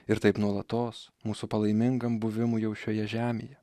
ir taip nuolatos mūsų palaimingam buvimui jau šioje žemėje